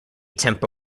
tempo